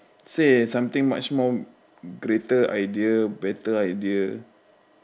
say something much more greater idea better idea